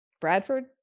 Bradford